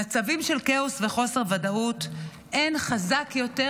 במצבים של כאוס וחוסר ודאות אין חזק יותר